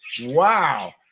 wow